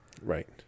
right